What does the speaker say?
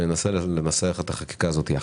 ננסה לנסח את החקיקה הזאת יחד.